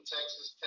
Texas